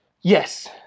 Yes